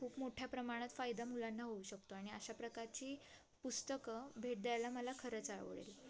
खूप मोठ्या प्रमाणात फायदा मुलांना होऊ शकतो आणि अशा प्रकारची पुस्तकं भेट द्यायला मला खरंच आवडेल